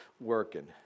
working